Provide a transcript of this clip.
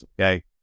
Okay